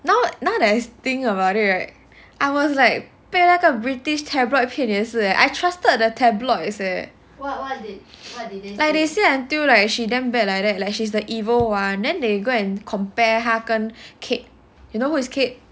now now that I think about it right I was like 被那个 british tabloid 骗也是 leh I trusted the tabloids eh like they say until like she damn bad like that like she's the evil one then they go and compare 他跟 kate you know who is kate